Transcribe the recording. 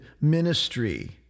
ministry